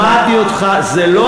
שמעתי אותך, זה שקר, זה פשוט שקר.